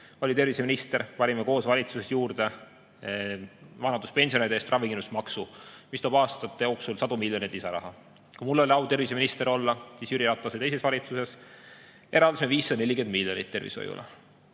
oli terviseminister, siis panime koos valitsuses juurde vanaduspensionäride eest ravikindlustusmaksu, mis toob aastate jooksul sadu miljoneid lisaraha. Kui mul oli au terviseminister olla, siis Jüri Ratase teises valitsuses eraldasime 540 miljonit tervishoiule,